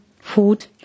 food